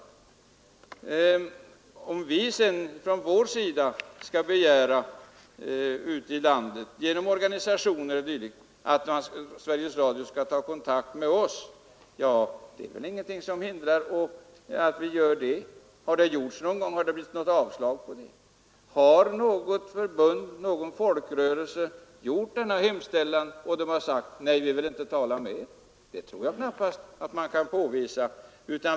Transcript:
Det är väl ingenting som hindrar att vi sedan från vår sida ute i landet genom organisationer o. d. begär att Sveriges Radio skall ta kontakt med oss. Har det någon gång försökts, och har det blivit avslag? Har någon folkrörelse gjort denna hemställan och fått höra att Sveriges Radio inte ville tala med dem? Det tror jag knappast man kan påvisa.